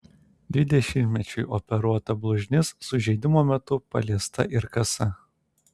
dvidešimtmečiui operuota blužnis sužeidimo metu paliesta ir kasa